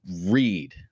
read